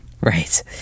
Right